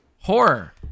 horror